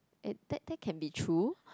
it that that can be true